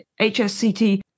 HSCT